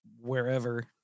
wherever